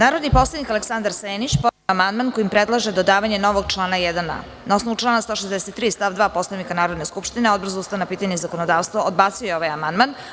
Narodni poslanik Aleksandar Senić podneo je amandman kojim predlaže dodavanje novog člana 1a. Na osnovu člana 163. stav 2. Poslovnika Narodne skupštine, Odbor za ustavna pitanja i zakonodavstvo odbacio je ovaj amandman.